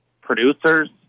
producers